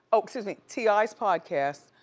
oh, excuse me. t i s podcast.